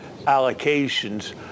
allocations